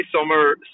summer